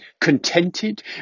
Contented